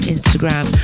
Instagram